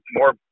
more